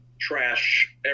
trash